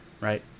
right